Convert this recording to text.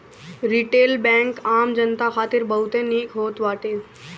retail bank आम जनता खातिर बहुते निक होत बाटे